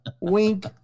Wink